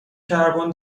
کربن